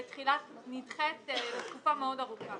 -- בגלל שמדובר פה בתחילה שנדחית לתקופה מאוד ארוכה.